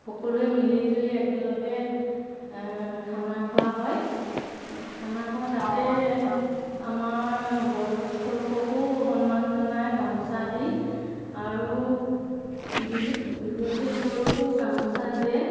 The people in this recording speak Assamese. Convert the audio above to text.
সকলোৱে মিলি জুলি একেলগে খানা খোৱা হয় খানা খোৱা তাতে আমাৰ বয়সস্থলোককো সন্মান জনাই গামোচা দি আৰু বিহু বিহুৱতীসকলকো গামোচা দিয়ে